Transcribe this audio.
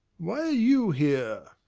why are you here?